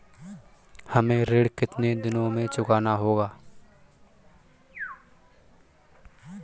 हमें अपना ऋण कितनी दिनों में चुकाना होगा?